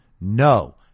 No